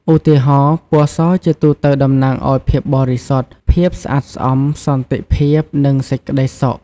ឧទាហរណ៍ ពណ៌សជាទូទៅតំណាងឱ្យ ភាពបរិសុទ្ធ ភាពស្អាតស្អំ សន្តិភាព និងសេចក្តីសុខ។